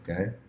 okay